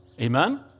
Amen